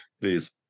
please